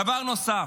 דבר נוסף,